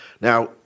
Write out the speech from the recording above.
Now